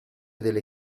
delle